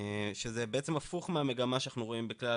שזה בעצם הפוך מהמגמה שאנחנו רואים בכלל